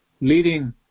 leading